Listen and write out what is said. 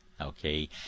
okay